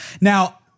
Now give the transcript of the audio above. Now